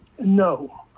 no